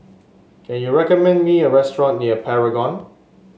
can you recommend me a restaurant near Paragon